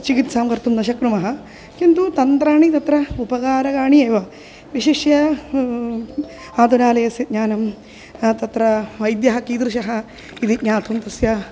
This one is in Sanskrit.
चिकित्सां कर्तुं न शक्नुमः किन्तु तन्त्राणि तत्र उपकारकाः एव विशिष्य आतुरालयस्य ज्ञानं तत्र वैद्यः कीदृशः इति ज्ञातुं तस्य